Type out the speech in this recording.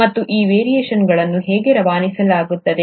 ಮತ್ತು ಈ ವೇರಿಯೇಷನ್ಗಳನ್ನು ಹೇಗೆ ರವಾನಿಸಲಾಗುತ್ತದೆ